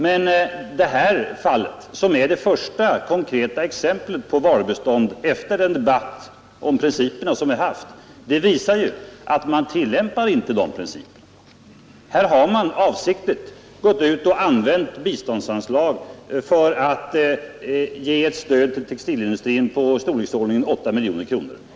Men det här fallet, som är det första konkreta exemplet på varubistånd efter den debatt om principerna som vi haft, visar ju att man inte tillämpar de principerna. Här har man avsiktligt gått ut och använt biståndsanslag för att ge ett stöd till textilindustrin i storleksordningen 8 miljoner kronor.